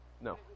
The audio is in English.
No